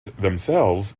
themselves